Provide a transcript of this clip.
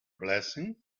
blessing